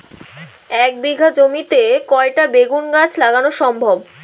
এক বিঘা জমিতে কয়টা বেগুন গাছ লাগানো সম্ভব?